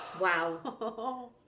wow